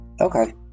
okay